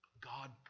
God